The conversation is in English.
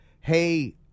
Hey